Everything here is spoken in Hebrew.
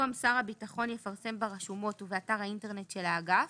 במקום "שר הביטחון יפרסם ברשומות ובאתר האינטרנט של האגף"